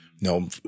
No